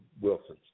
Wilson